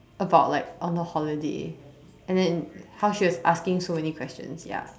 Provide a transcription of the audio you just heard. about like on the holiday and then how she was asking so many questions ya